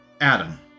Adam